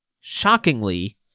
shockingly